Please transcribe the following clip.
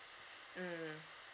mm